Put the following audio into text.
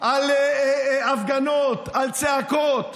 על הפגנות, על צעקות,